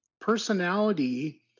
personality